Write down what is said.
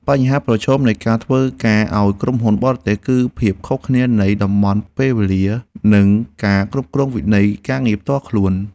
បញ្ហាប្រឈមនៃការធ្វើការឱ្យក្រុមហ៊ុនបរទេស គឺភាពខុសគ្នានៃតំបន់ពេលវេលា និងការគ្រប់គ្រងវិន័យការងារផ្ទាល់ខ្លួន។